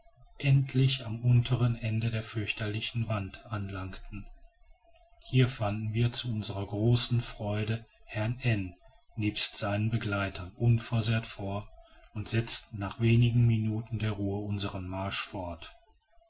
endlich am unteren ende der fürchterlichen wand anlangten hier fanden wir zu unserer großen freude herrn n nebst seinen begleitern unversehrt vor und setzten nach wenigen minuten der ruhe unseren marsch fort